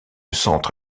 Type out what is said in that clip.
centre